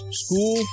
school